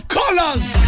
colors